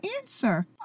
answer